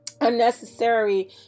unnecessary